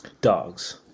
Dogs